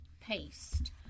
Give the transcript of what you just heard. paste